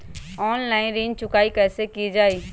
Online ऋण चुकाई कईसे की ञाई?